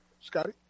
Scotty